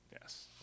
Yes